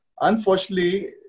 Unfortunately